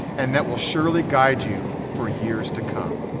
and that will surely guide you for years to come.